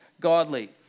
godly